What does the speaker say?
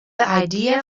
idea